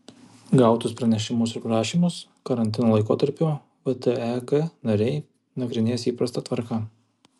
gautus pranešimus ir prašymus karantino laikotarpiu vtek nariai nagrinės įprasta tvarka